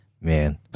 Man